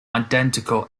identical